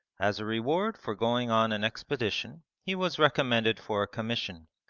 as a reward for going on an expedition he was recommended for a commission,